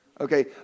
Okay